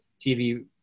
TV